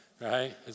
right